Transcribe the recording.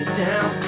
down